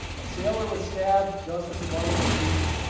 a sailor was stabbed, dozens of others were beaten.